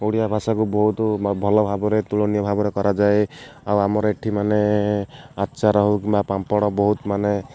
ଓଡ଼ିଆ ଭାଷାକୁ ବହୁତ ଭଲ ଭାବରେ ତୁଳନୀୟ ଭାବରେ କରାଯାଏ ଆଉ ଆମର ଏଇଠି ମାନେ ଆଚାର ହଉ କିମ୍ବା ପାମ୍ପଡ଼ ବହୁତ ମାନେ